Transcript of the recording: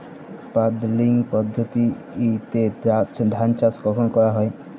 Puddling পদ্ধতিতে ধান চাষ কখন করা হয়?